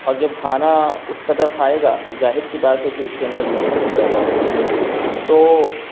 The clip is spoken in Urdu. اور جب کھانا اس قدر کھائے گا تو ظاہر سی بات ہے کہ اس کے اندر مضبوطی پیدا ہوگی تو